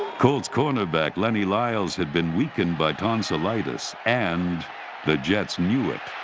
colts cornerback lenny lyles had been weakened by tonsillitis, and the jets knew it.